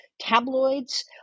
tabloids